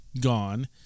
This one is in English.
gone